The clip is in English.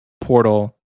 portal